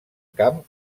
camp